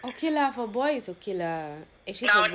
okay lah for boys is okay lah actually